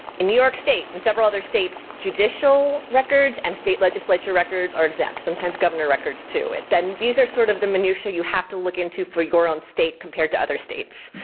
in new york state and several other states, judicial records and state legislature records are exempt. sometimes governor records too. then these are sort of the minutia, you have to look into for your own state compared to other states.